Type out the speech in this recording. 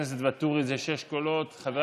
התשפ"א 2020, נתקבלה.